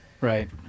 right